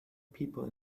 people